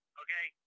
okay